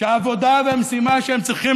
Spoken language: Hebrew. שהעבודה והמשימה שהם צריכים